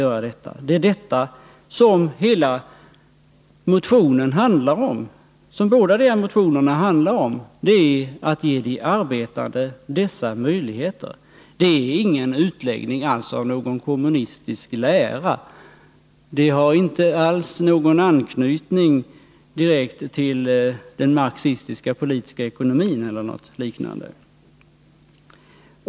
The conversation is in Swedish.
Båda dessa motioner handlar om att ge de arbetande dessa möjligheter. Motionerna är inte alls någon utläggning av en kommunistisk lära. De har inte alls någon direkt anknytning till den marxistiska politiska ekonomin eller något liknande.